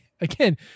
again